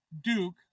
Duke